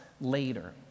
later